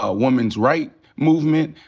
ah women's right movement.